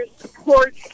support